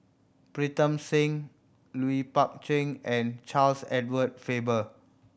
Pritam Singh Lui Pao Chuen and Charles Edward Faber